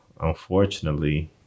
unfortunately